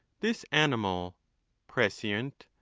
this animal prescient,